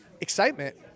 Excitement